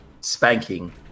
spanking